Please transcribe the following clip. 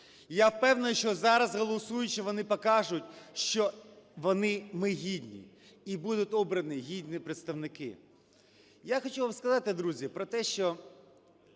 Я впевнений, що зараз, голосуючи, вони покажуть, що вони, ми гідні і будуть обрані гідні представники. Я хочу вам сказати, друзі, про те, що